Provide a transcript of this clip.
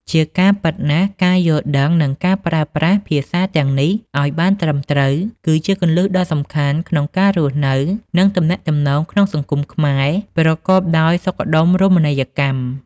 ជាការពិតណាស់ ការយល់ដឹង និងការប្រើប្រាស់ភាសាទាំងនេះឱ្យបានត្រឹមត្រូវ គឺជាគន្លឹះដ៏សំខាន់ក្នុងការរស់នៅ និងទំនាក់ទំនងក្នុងសង្គមខ្មែរប្រកបដោយសុខដុមរមណីយកម្ម។